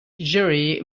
jury